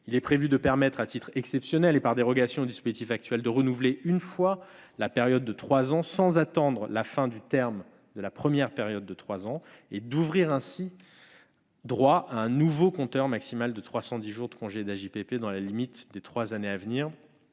également prévu de permettre, à titre exceptionnel et par dérogation au dispositif actuel, de renouveler une fois la période de trois ans sans attendre la fin du terme de la première période de trois ans et d'ouvrir ainsi droit à un nouveau compteur maximal de 310 jours de CPP et d'AJPP, dans la limite des trois années à venir,